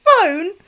phone